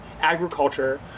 agriculture